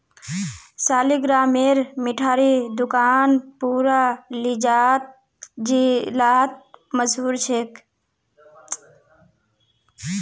सालिगरामेर मिठाई दुकान पूरा जिलात मशहूर छेक